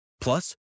Plus